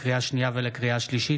לקריאה שנייה ולקריאה שלישית,